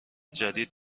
جدید